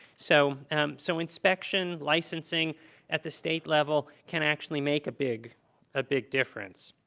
so um so inspection licensing at the state level can actually make a big ah big difference.